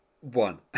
One